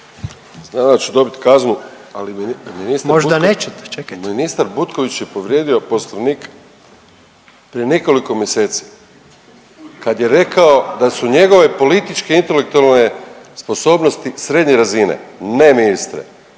Možda nećete čekajte./… ministar Butković je povrijedio Poslovnik prije nekoliko mjeseci kad je rekao da su njegove političke i intelektualne sposobnosti srednje razine. Ne ministre,